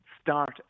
Start